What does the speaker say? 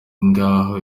ngaho